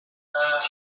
songs